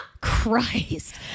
Christ